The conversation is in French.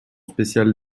spécial